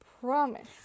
promise